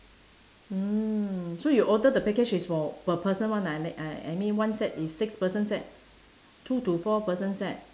mm so you order the package is for per person [one] ah uh I I mean one set is six person set two to four person set